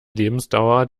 lebensdauer